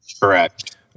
Correct